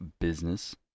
business